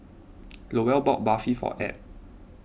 Lowell bought Barfi for Add